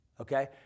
Okay